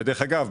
ודרך אגב,